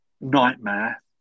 Nightmare